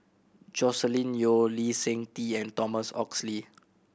Joscelin Yeo Lee Seng Tee and Thomas Oxley